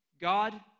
God